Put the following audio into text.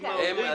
אתם ביקשתם.